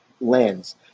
lens